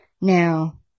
now